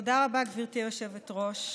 תודה רבה, גברתי היושבת-ראש,